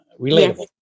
relatable